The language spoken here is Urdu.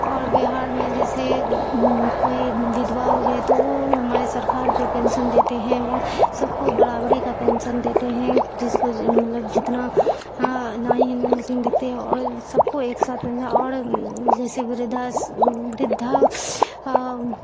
اور بہار میں جیسے کوئی ودوا ہو گئے تو وہ ہمارے سرکار جو پینسن دیتے ہیں وہ سب کو برابری کا پینسن دیتے ہیں جس کو مطلب جتنا نہ ہی ہندو مسلم دیکھتے ہیں اور سب کو ایک ساتھ اور جیسے وردھا وردھا